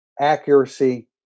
accuracy